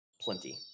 plenty